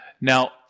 Now